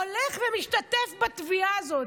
הולך ומשתתף בתביעה הזאת.